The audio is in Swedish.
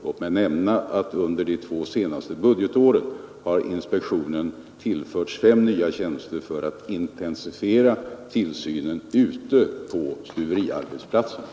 Låt mig nämna att under de två senaste budgetåren har inspektionen tillförts fem nya tjänster för att intensifiera tillsynen ute på stuveriarbetsplatserna.